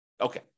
Okay